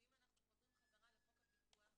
ואם אנחנו חוזרים בחזרה לחוק הפיקוח,